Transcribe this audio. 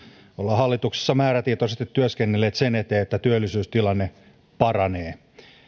hallituksessa määrätietoisesti työskennelleet sen eteen että työllisyystilanne paranee